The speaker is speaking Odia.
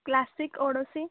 କ୍ଲାସିକ୍ ଓଡ଼ିଶୀ